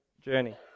journey